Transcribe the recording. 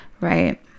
Right